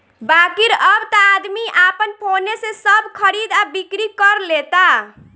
बाकिर अब त आदमी आपन फोने से सब खरीद आ बिक्री कर लेता